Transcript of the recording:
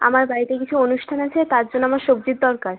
আমার বাড়িতে কিছু অনুষ্ঠান আছে তার জন্য আমার সবজির দরকার